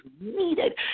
needed